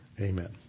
Amen